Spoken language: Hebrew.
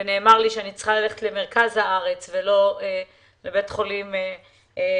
ונאמר לי שאני צריכה ללכת למרכז הארץ ולא לבית חולים בירושלים,